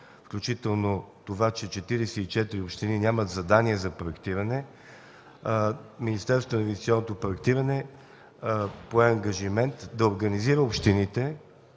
включително 44 общини нямат задание за проектиране, Министерството на инвестиционното проектиране пое ангажимент да организира общините